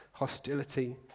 Hostility